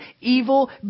evil